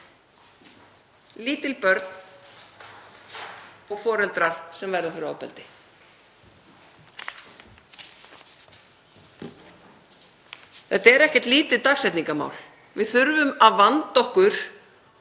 Lítil börn og foreldrar sem verða fyrir ofbeldi. Þetta er ekkert lítið dagsetningarmál. Við þurfum að vanda okkur